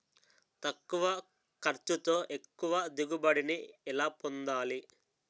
తక్కువ ఖర్చుతో ఎక్కువ దిగుబడి ని ఎలా పొందాలీ?